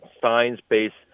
science-based